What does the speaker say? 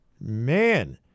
man